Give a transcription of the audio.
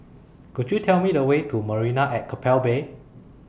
Could YOU Tell Me The Way to Marina At Keppel Bay